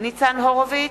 ניצן הורוביץ,